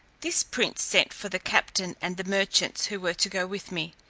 this prince sent for the captain and the merchants who were to go with me,